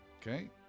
Okay